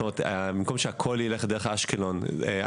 במקום שהכול ילך דרך אשקלון,